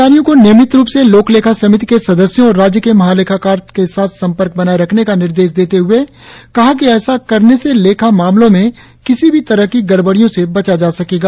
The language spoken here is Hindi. उन्होंने अधिकारियों को नियमित रुप से लोकलेखा समिति के सदस्यों और राज्य के महालेखाकार के साथ संपर्क बनाए रखने का निर्देश देते हुए कहा कि ऐसा करने से लेखा मामलों में किसी भी तरह की गड़बड़ियों से बचा जा सकेगा